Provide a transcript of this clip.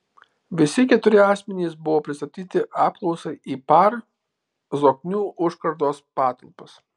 visi keturi asmenys buvo pristatyti apklausai į par zoknių užkardos patalpas